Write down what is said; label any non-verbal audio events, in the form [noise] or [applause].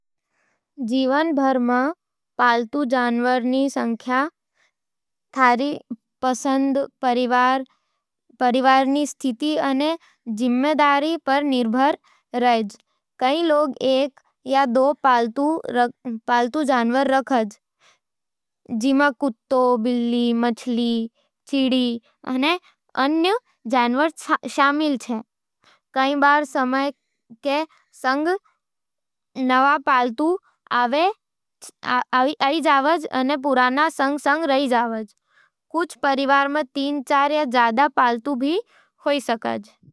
जीवन भर में पालतू जनावर रा संख्या थारी पसंद, परिवार री स्थिति अने जिम्मेदारी पर निर्भर रऐज़। कई लोग एक या दो पालतू रखेज जैं में कुकुर, बिल्ली, मछली, चिड़ी अने अन्य शामिल है। कई बार समय के संग नवा पालतू आवै [hesitation] अने पुराना संग संग रह जावज। कुछ परिवार में तीन-चार या ज्यादा पालतू भी हो सके है, अगर देखभाल अने प्यार सही मिले। ई पालतू थारे घर में खुशी, अपनापन अने आनंद भर दे है।